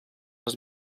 les